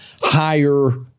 higher